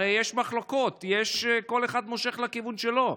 הרי יש מחלוקות, כל אחד מושך לכיוון שלו.